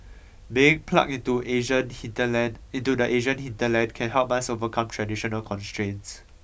being plugged into Asian hinterland into the Asian hinterland can help us overcome traditional constraints